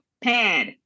Pad